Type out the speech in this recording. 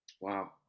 Wow